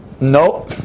no